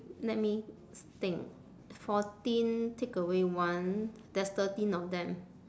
let me think fourteen take away one there's thirteen of them